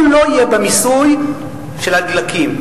הוא לא יהיה במיסוי של הדלקים.